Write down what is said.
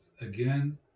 again